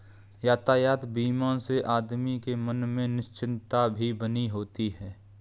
यातायात बीमा से आदमी के मन में निश्चिंतता भी बनी होती है